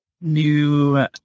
new